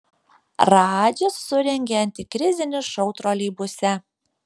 radžis surengė antikrizinį šou troleibuse